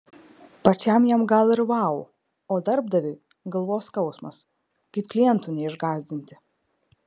pačiam jam gal ir vau o darbdaviui galvos skausmas kaip klientų neišgąsdinti